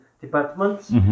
departments